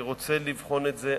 אני רוצה לבחון את זה,